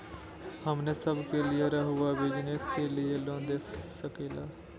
हमने सब के लिए रहुआ बिजनेस के लिए लोन दे सके ला?